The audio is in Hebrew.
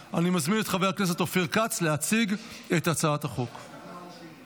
אני קובע כי הצעת חוק לתיקון פקודת העיריות (השבת עודפי גבייה),